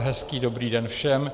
Hezký dobrý den všem.